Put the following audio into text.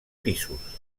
pisos